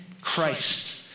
Christ